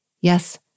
Yes